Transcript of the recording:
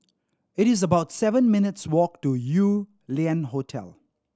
it is about seven minutes' walk to Yew Lian Hotel